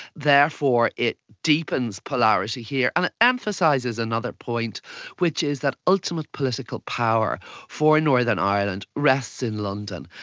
therefore it deepens polarity here and it emphasises another point which is that ultimate political power for northern ireland rests in london,